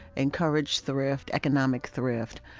encourage thrift, economic thrift.